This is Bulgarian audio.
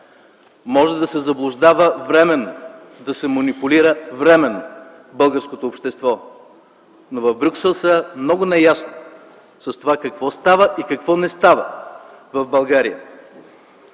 Може да се заблуждава временно, да се манипулира временно българското общество, но в Брюксел са много наясно с това какво става и какво не става в България.